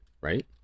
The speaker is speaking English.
right